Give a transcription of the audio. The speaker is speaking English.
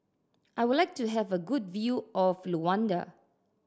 I would like to have a good view of Luanda